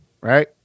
right